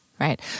Right